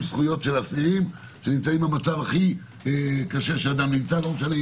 זכויות של אסירים שנמצאים במצב הכי קשה שאדם נמצא בו.